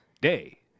Day